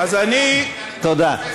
תודה.